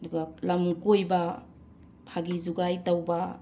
ꯑꯗꯨꯒ ꯂꯝ ꯀꯣꯏꯕ ꯐꯥꯒꯤ ꯖꯨꯒꯥꯏ ꯇꯧꯕ